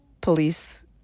police